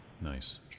Nice